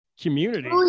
community